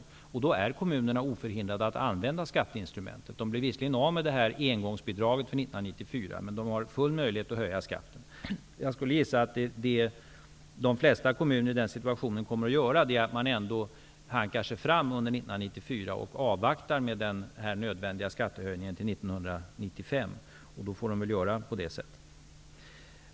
I det fallet är man i kommunerna oförhindrad att använda skatteinstrumentet. Kommunerna blev visserligen av med engångsbidraget för 1994, men det är fullt möjligt att höja skatten. Jag skulle gissa att vad man i de flesta kommuner i den situationen kommer att göra är att man ändå hankar sig fram under 1994 och avvaktar med den nödvändiga skattehöjningen till 1995. Då får de väl göra på det sättet.